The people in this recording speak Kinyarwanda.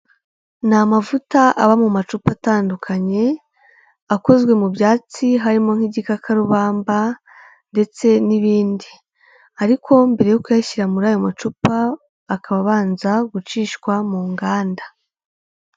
Ni amavuta aba mu macupa atandukanye, akozwe mu byatsi harimo nk'igikakarubamba ndetse n'ibindi, ariko mbere yo kuyashyira muri ayo macupa akaba abanza gucishwa mu nganda.